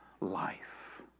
life